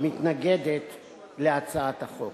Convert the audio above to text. מתנגדת להצעת החוק.